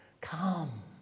come